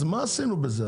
אז מה עשינו בזה?